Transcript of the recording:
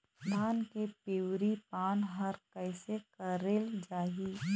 धान के पिवरी पान हर कइसे करेले जाही?